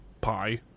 pie